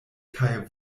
kaj